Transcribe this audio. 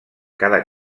cada